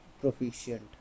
proficient